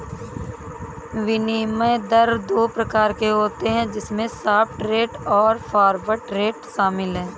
विनिमय दर दो प्रकार के होते है जिसमे स्पॉट रेट और फॉरवर्ड रेट शामिल है